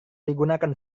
digunakan